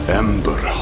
ember